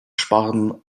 sparen